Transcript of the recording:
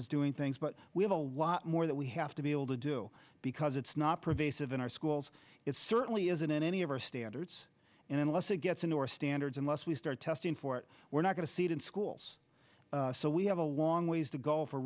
is doing things but we have a lot more that we have to be able to do because it's not pervasive in our schools it certainly isn't in any of our standards and unless it gets in your standards unless we start testing for it we're not going to see it in schools so we have a long ways t